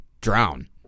drown